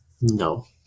No